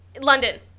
London